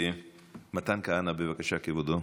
מתן כהנא, בבקשה, כבודו,